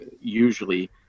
usually